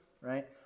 right